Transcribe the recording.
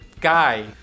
guy